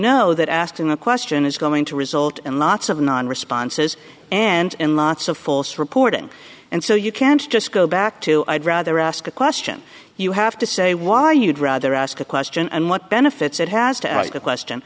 know that asking a question is going to result in lots of non responses and in lots of false reporting and so you can't just go back to i'd rather ask a question you have to say why you'd rather ask a question and what benefits it has to ask a question